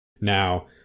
Now